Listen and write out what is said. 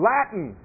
Latin